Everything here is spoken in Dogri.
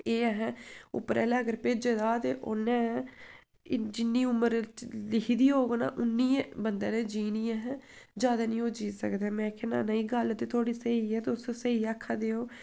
एह् अहें उप्परै आह्ले अगर भेजे दा ते उ'न्नै इन्न जिन्नी उम्र लिकी दी होग ना उन्नी गै बंदे ने जीनी अहें जैदा निं ओह् जी सकदा ऐ में आखेआ नाना ई गल्ल ते थुआढ़ी स्हेई ऐ तुस स्हेई आखा दे ओ